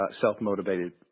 self-motivated